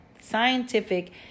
scientific